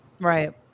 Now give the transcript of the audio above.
Right